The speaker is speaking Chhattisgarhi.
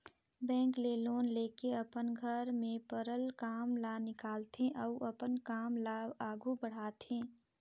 बेंक ले लोन लेके अपन घर में परल काम ल निकालथे अउ अपन काम ल आघु बढ़ाथे